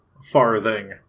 farthing